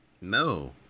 No